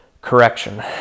correction